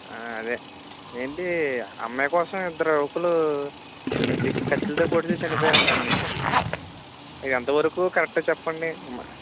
అదే ఏమిటి అమ్మాయి కోసం ఇద్దరు యువకులు అది కత్తులతో పొడుచుకుని చనిపోయారు అంట అండి ఇది ఎంతవరకు కరెక్ట్ చెప్పండి